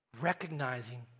recognizing